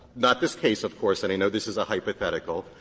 not this case, of course, and you know this is a hypothetical.